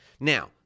Now